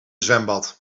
zwembad